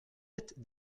êtes